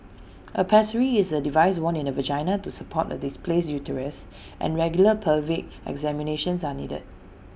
A pessary is A device worn in the vagina to support A displaced uterus and regular pelvic examinations are needed